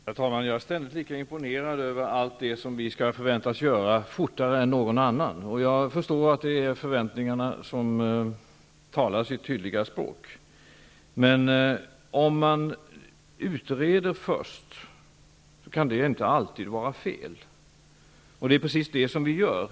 Herr talman! Jag är ständigt lika imponerad över allt det som regeringen förväntas göra fortare än någon annan. Jag förstår att det är de förväntningarna som talar sitt tydliga språk. Det kan inte alltid vara fel att utreda först. Det är precis det som vi gör.